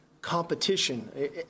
competition